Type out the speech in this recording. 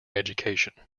education